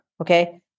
Okay